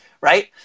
right